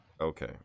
okay